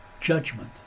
judgment